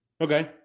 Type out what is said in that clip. okay